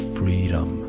freedom